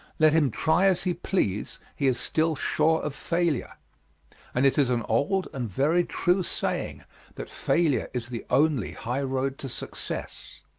let him try as he please, he is still sure of failure and it is an old and very true saying that failure is the only highroad to success.